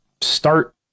start